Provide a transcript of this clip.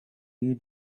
you